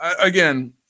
again